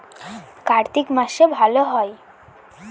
কার্তিক মাসে ভালো হয়?